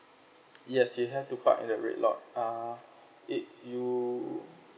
yes you have to park at the red lot err if you